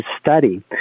study